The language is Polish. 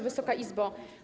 Wysoka Izbo!